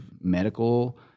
medical